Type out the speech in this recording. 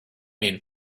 mean